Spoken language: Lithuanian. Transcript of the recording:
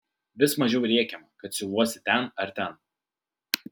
vis mažiau rėkiama kad siuvuosi ten ar ten